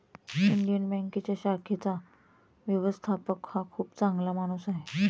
Indian बँकेच्या शाखेचा व्यवस्थापक हा खूप चांगला माणूस आहे